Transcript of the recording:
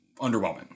underwhelming